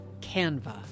Canva